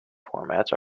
formats